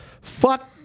fuck